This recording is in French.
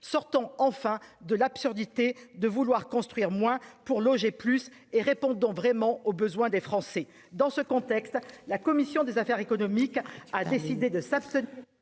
sortons enfin de l'absurdité de vouloir construire moins pour loger plus et répondons vraiment aux besoins des Français dans ce contexte, la commission des affaires économiques, a décidé de s'abstenir,